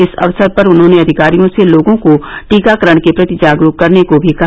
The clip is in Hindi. इस अवसर पर उन्होंने अधिकारियों से लोगों को टीकाकरण के प्रति जागरूक करने को भी कहा